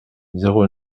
zéro